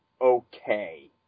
okay